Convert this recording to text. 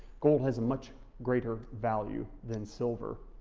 gold has a much greater value than silver.